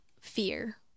fear